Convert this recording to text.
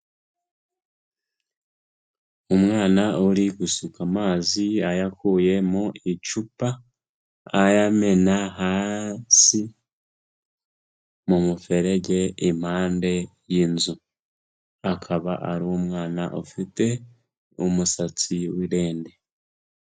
Umwana uri gusuka amazi ayakuye mu icupa ayamena hasi mu muferege, impande y'inzu. Akaba ari umwana ufite umusatsi w'irende.